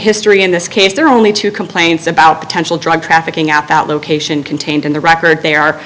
history in this case there are only two complaints about potential drug trafficking at that location contained in the record they are